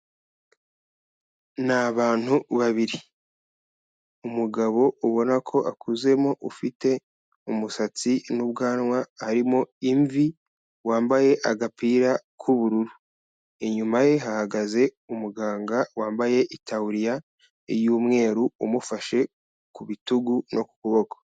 Ni abantu babiri, umugabo ubona ko akuzemo ufite umusatsi n'ubwanwa arimo imvi, wambaye agapira k'ubururu, inyuma ye hahagaze umuganga wambaye itaburiya iy'umweru imufashe ku bitugu no ku kuboko.